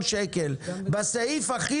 בסעיף הכי